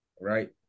right